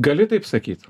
galiu taip sakyt